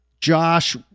Josh